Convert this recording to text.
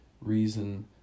reason